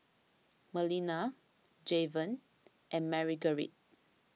Melina Javen and Marguerite